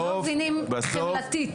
הם לא מבינים חמלתית.